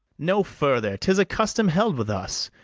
no further tis a custom held with us,